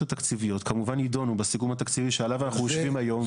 התקציביות כמובן יידונו בסיכום התקציבי שעליו אנחנו יושבים היום,